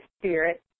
spirit